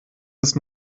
ist